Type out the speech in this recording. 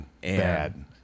Bad